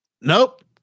Nope